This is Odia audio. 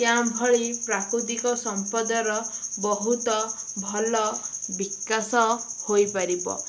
କ୍ୟାମ୍ପ୍ ଭଳି ପ୍ରାକୃତିକ ସମ୍ପଦର ବହୁତ ଭଲ ବିକାଶ ହୋଇପାରିବ